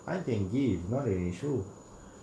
I think give not an issue